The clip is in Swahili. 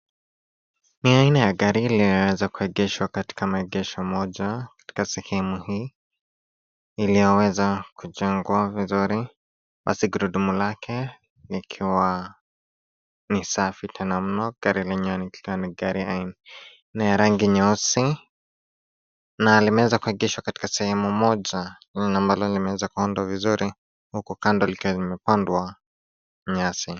Ni aina ya gari iliyoweza kuegeshwa katika maegesho moja, katika sehemu hii, iliyoweza kujengwa vizuri, basi gurudumu lake, likiwa, ni safi tena mno gari lenyewe likiwa ni gari, aina ya rangi nyeusi, na limeweza kuegeshwa katika sehemu moja, pengine ambalo limeweza kuundwa vizuri, huku kando likiwa limepandwa, nyasi.